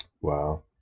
Wow